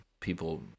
people